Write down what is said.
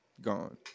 gone